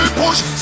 push